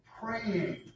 praying